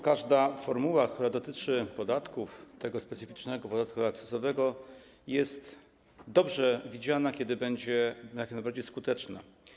Każda formuła, która dotyczy podatków, tego specyficznego podatku akcyzowego, jest dobrze widziana, jeśli będzie jak najbardziej skuteczna.